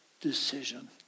decision